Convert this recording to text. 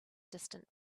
distant